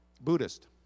Buddhist